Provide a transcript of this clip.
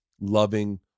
loving